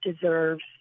deserves